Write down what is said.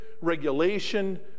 regulation